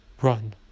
Run